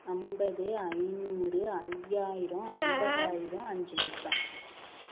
ஐம்பது ஐநூறு ஐயாயிரம் ஐம்பதாயிரம் அஞ்சு லட்சம்